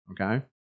okay